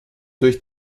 durch